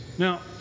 Now